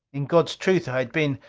in god's truth i had been,